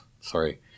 sorry